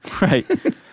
Right